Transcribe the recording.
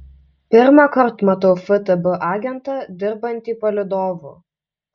pirmąkart matau ftb agentą dirbantį palydovu